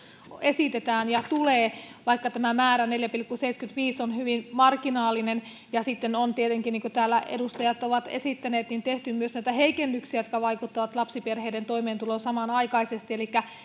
esitetään ja tulee vaikka tämä määrä neljä pilkku seitsemänkymmentäviisi on hyvin marginaalinen sitten on tietenkin niin kuin täällä edustajat ovat esittäneet tehty myös näitä heikennyksiä jotka vaikuttavat lapsiperheiden toimeentuloon samanaikaisesti elikkä